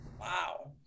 Wow